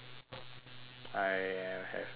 I have no idea